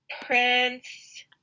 Prince